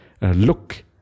look